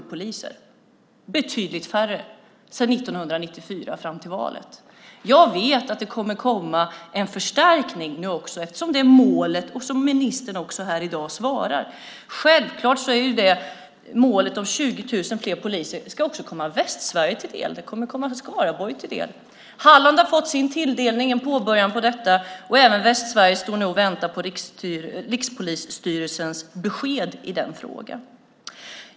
Det blev betydligt färre från 1994 och fram till valet. Jag vet att det kommer att bli en förstärkning eftersom det är målet, vilket ministern också säger här i dag. Självklart ska målet om 20 000 poliser också komma Västsverige till del. Det kommer att komma Skaraborg till del. Halland har fått sin tilldelning. Det är ett påbörjande av detta. Även Västsverige står nu och väntar på Rikspolisstyrelsens besked i den frågan.